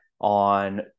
On